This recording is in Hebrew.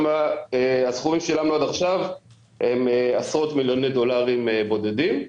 הסכומים ששילמנו עד עכשיו הם עשרות מיליוני דולרים בודדים,